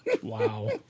Wow